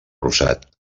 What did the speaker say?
rosat